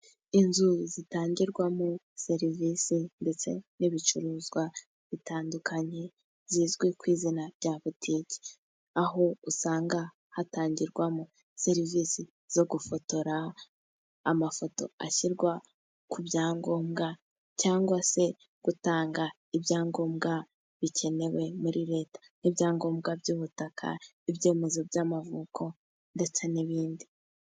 Inzu zitangirwamo serivisi ndetse n'ibicuruzwa bitandukanye, zizwi ku izina rya politiki. Aho usanga hatangirwamo serivisi zo gufotora amafoto ashyirwa ku byangombwa, cyangwa se gutanga ibyangombwa bikenewe muri leta n'ibyangombwa by'ubutaka, ibyemezo by'amavuko, ndetse n'ibindi.